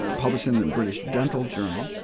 ah published in the and british dental journal,